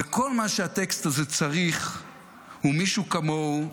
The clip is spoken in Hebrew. וכל מה שהטקסט הזה צריך הוא מישהו כמוהו,